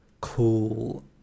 cool